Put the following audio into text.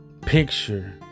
picture